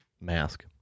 mask